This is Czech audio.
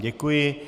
Děkuji.